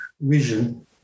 vision